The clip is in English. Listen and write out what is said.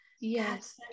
Yes